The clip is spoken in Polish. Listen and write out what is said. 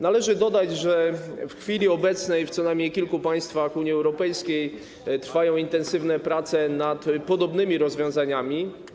Należy dodać, że w chwili obecnej w co najmniej kilku państwach Unii Europejskiej trwają intensywne prace nad podobnymi rozwiązaniami.